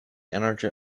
energy